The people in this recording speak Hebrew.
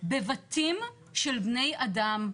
בבתים של בני אדם.